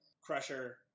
Crusher